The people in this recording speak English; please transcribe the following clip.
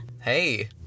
Hey